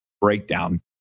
breakdown